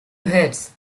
hits